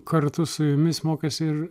kartu su jumis mokėsi ir